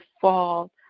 fall